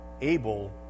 Abel